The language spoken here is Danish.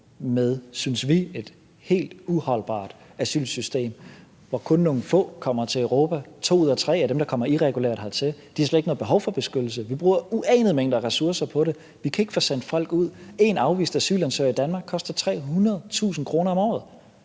et, synes vi, helt uholdbart asylsystem, hvor kun nogle få kommer til Europa. To ud af tre af dem, der kommer irregulært hertil, har slet ikke noget behov for beskyttelse. Vi bruger uanede mængder ressourcer på det. Vi kan ikke få sendt folk ud. Én afvist asylansøger i Danmark koster 300.000 kr. om året.